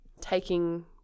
taking